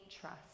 trust